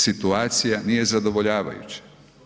Situacija nije zadovoljavajuća.